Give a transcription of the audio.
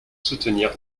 soutenir